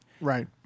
Right